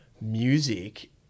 music